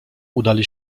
udali